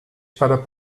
para